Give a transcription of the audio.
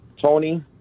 Tony